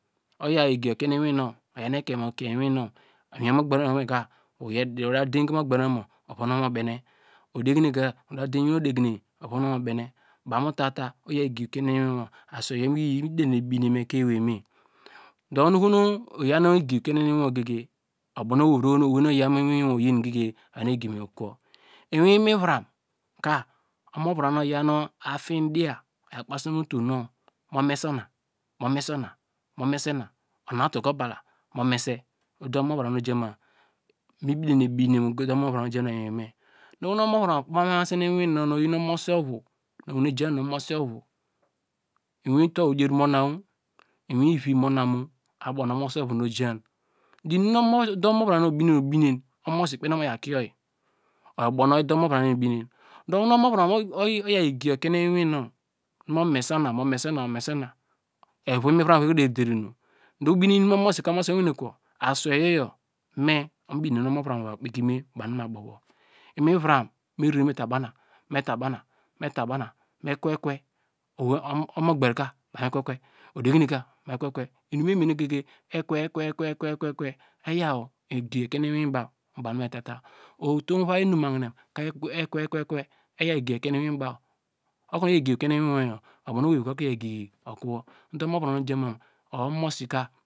Oyaw egi okien ne iwinu, omogber nu omoka, odata dein ke omogbero nu omo, ovon wor mu bene. Odegineye ka, udata deiny mu iwin odegine ovon wo mu bene baw mu ta- ta oyaw egi okiene iwiwor, iyor inum nu mi derene bine mu ekein ewei me du mi na oho nu oyaw nu egi okiene iwiwor gege oyor ubow nu owei nu oyaw mu iwin wor ka mu kuwo egi. Mi iwin imivram ka omoviram nu oyaw nu afieny diya oya kpasi mu otum nu, momese ona, unatu ka ubala mu mese, ode, momoviram nu ojama, mi derine bine ode omoviram nu oja ma nu nu omoviram okpayi ma se nu iwin nar, nu oyin omosi ovu owene jan nu omosi ovuu, mi wine uto odien mu nam mu, mu iwine ivi mu nam mu, abo nu nu omosi ovu nu ojani du inim nu ode omoviram yor obine, omomosi ikpen oko mo yaw kie yir, oyor ode omoviram mi binem du oho nu omoviram oyaw egi okiene iwinu, mu mese ona, mu mese ona, evo imaviram yor ederi dero inum, du binen inum mu ubow omomosi ka owene kowo, aswei yor, me, mi bine okonu omoviram mova kpe ki me, mu baw nu me abo- bow, imiviram nu erere me ta ba na, me ta ba na me kwe ekwo, omomogber ka baw me kwe kwe, odegineye ka baw me kwe- kwe. Inum me mene goge me kwe kwe, eyaw egi ekeiny iwin ba, baw nu me tata uto uvai inum mahinam ka ekwe ekwe ekwe, eyaw egi ekiene mu iwin baw okonu oya egi okiene iwiwoyor, oyor ubow nu owei vivi ka oyaw egi okowo.